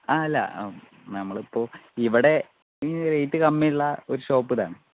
ആ അല്ല നമ്മളിപ്പോൾ ഇവിടെ റേറ്റ് കമ്മിയുള്ള ഒരു ഷോപ്പ് ഇതാണ്